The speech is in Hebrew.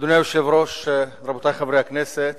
אדוני היושב-ראש, רבותי חברי הכנסת,